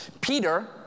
Peter